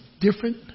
different